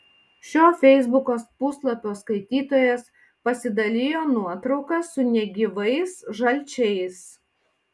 šio feisbuko puslapio skaitytojas pasidalijo nuotrauka su negyvais žalčiais